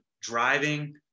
driving